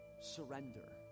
surrender